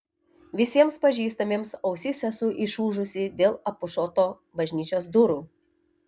visiems pažįstamiems ausis esu išūžusi dėl apušoto bažnyčios durų